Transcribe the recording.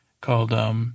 called –